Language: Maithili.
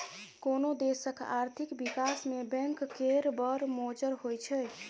कोनो देशक आर्थिक बिकास मे बैंक केर बड़ मोजर होइ छै